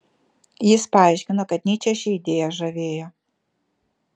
jis paaiškino kad nyčę ši idėja žavėjo